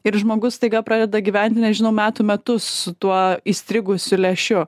ir žmogus staiga pradeda gyventi nežinau metų metus su tuo įstrigusiu lęšiu